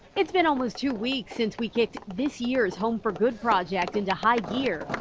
it's been almost two weeks since we get this year's home for good project and to hide year.